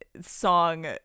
Song